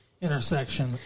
Intersection